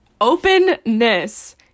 Openness